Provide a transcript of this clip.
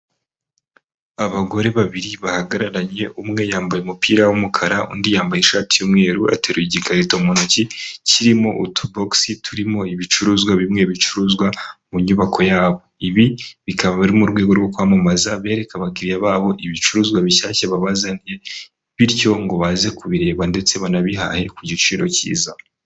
Abagore babiri bahagararanye, umwe yambaye umupira w'umukara, undi yambaye ishati y'umweru, ateruye igikarito mu ntoki kirimo utubogisi turimo ibicuruzwa bimwe bicuruzwa mu nyubako yabo. Ibi bikaba biri mu rwego rwo kwamamaza bereka abakiriya babo ibicuruzwa bishyashya babazanye bityo ngo baze kubireba ndetse banabihaye ku giciro cyiza.